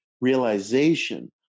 realization